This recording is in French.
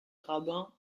rabin